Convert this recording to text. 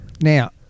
Now